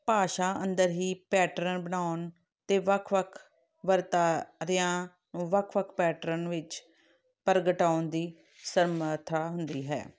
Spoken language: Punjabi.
ਭਾਸ਼ਾ ਅੰਦਰ ਹੀ ਪੈਟਰਨ ਬਣਾਉਣ ਅਤੇ ਵੱਖ ਵੱਖ ਵਰਤਾਰਿਆਂ ਵੱਖ ਵੱਖ ਪੈਟਰਨ ਵਿੱਚ ਪ੍ਰਗਟਾਉਣ ਦੀ ਸਰਮਥਾ ਹੁੰਦੀ ਹੈ